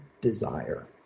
desire